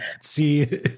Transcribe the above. see